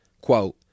Quote